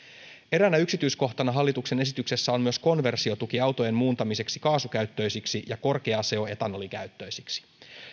eräänä yksityiskohtana hallituksen esityksessä on myös konversiotuki autojen muuntamiseksi kaasukäyttöisiksi ja korkeaseosetanolikäyttöisiksi